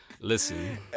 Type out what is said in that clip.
Listen